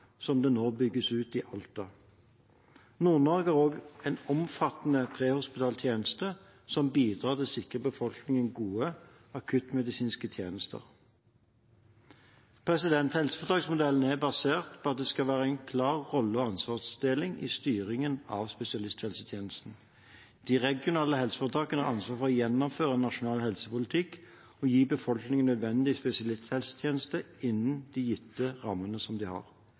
omfang som nå bygges ut i Alta. Nord-Norge har også omfattende prehospitale tjenester som bidrar til å sikre befolkningen gode akuttmedisinske tjenester. Helseforetaksmodellen er basert på at det skal være en klar rolle- og ansvarsdeling i styringen av spesialisthelsetjenesten. De regionale helseforetakene har ansvar for å gjennomføre nasjonal helsepolitikk og gi befolkningen nødvendig spesialisthelsetjeneste innen sine gitte